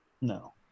No